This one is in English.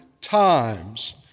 times